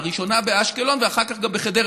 הראשונה באשקלון ואחר כך גם בחדרה,